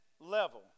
level